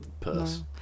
purse